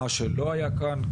מה שלא היה כאן.